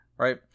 Right